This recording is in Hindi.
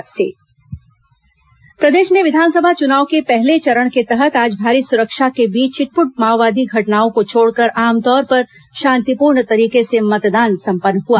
विस चुनाव मतदान प्रदेश में विधानसभा चुनाव के पहले चरण के तहत आज भारी सुरक्षा के बीच छिटपुट माओवादी घटनाओं को छोड़कर आमतौर पर शांतिपूर्ण तरीके से मतदाने संपन्न हुआ